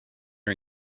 are